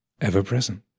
ever-present